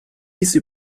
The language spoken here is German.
diese